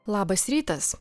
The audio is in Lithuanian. labas rytas